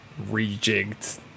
rejigged